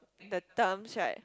the terms right